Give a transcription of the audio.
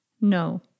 No